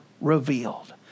revealed